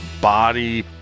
body